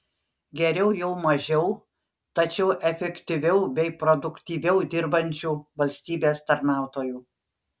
geriau jau mažiau tačiau efektyviau bei produktyviau dirbančių valstybės tarnautojų